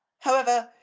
however,